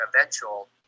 eventual